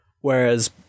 Whereas